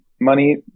money